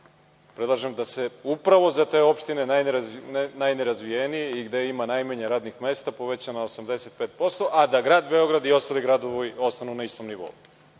predlažem da se upravo za te opštine najnerazvijenije i gde ima najmanje radnih mesta poveća na 85%, a da grad Beograd i ostali gradovi ostanu na istom nivou. Dakle,